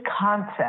concept